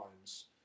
times